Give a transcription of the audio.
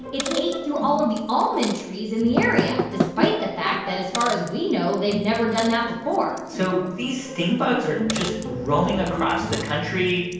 it ate through all of the almond trees in the area despite the fact that, as far as we know, they've never done that before so these stink bugs are just roaming across the country,